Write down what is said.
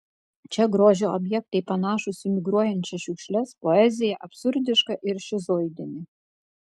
čia grožio objektai panašūs į migruojančias šiukšles poezija absurdiška ir šizoidinė